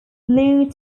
blue